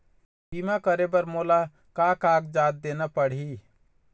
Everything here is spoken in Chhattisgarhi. बीमा करे बर मोला का कागजात देना पड़ही?